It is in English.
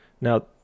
Now